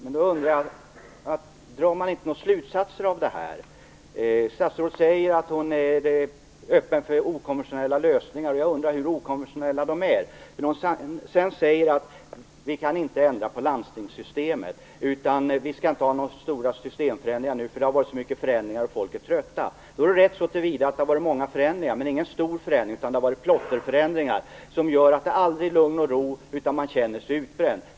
Men drar inte statsrådet några slutsatser av det här? Hon säger att hon är öppen för okonventionella lösningar, men jag undrar hur okonventionella de är. Sedan säger hon nämligen att man inte kan ändra på landstingssystemet, och att man inte kan göra några stora systemförändringar nu därför att folk är trötta. Det är rätt så till vida att det har skett många förändringar. Men det har inte skett någoN stor förändring, utan det har varit fråga om plotterförändringar som har gjort att det aldrig är lugn och ro och att personalen känner sig utbränd.